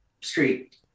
street